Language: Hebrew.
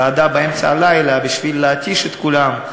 ועדה באמצע הלילה בשביל להתיש את כולם.